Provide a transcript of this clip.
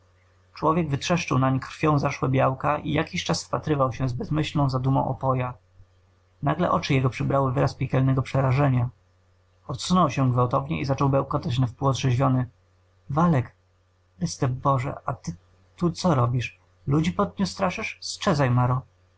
człowiek wytrzeszczył nań krwią zaszłe białka i jakiś czas wpatrywał się z bezmyślną zadumą opoja nagle oczy jego przybrały wyraz piekielnego przerażenia odsunął się gwałtownie i zaczął bełkotać na pół otrzeźwiony walek chryste boże a ty tu co robisz ludzi po dniu straszysz